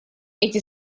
эти